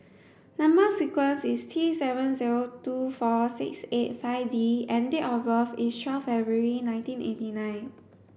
number sequence is T seven zero two four six eight five D and date of birth is twelfth February nineteen eighty nine